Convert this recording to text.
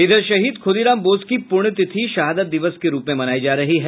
इधर शहीद खुदीराम बोस की पूण्य तिथि शहादत दिवस के रूप में मनायी जा रही है